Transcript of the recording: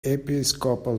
episcopal